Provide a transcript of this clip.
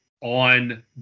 on